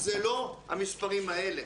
זה לא המספרים האלה.